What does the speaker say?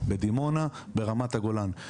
בדימונה או ברמת הגולן,